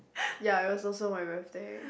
ya it was also my birthday